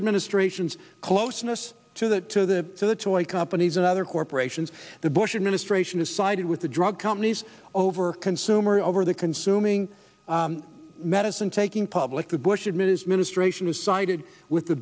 administration's closeness to that to the to the toy companies and other corporations the bush administration has sided with the drug companies over consumer over the consuming medicine taking public the bush admin is ministration has sided with the